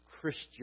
Christian